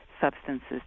substances